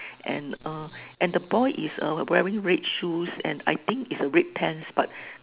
and err and the boy is err wearing red shoes and I think is a red pants but